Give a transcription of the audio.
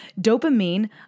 dopamine